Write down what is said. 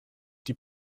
die